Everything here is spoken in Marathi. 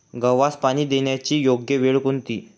गव्हास पाणी देण्याची योग्य वेळ कोणती?